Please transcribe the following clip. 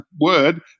word